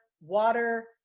water